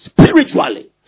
spiritually